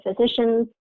physicians